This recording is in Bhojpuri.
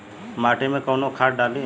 माटी में कोउन खाद डाली?